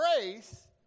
grace